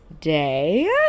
day